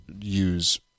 use